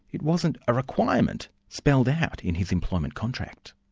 it wasn't a requirement spelled out in his employment contract.